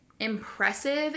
Impressive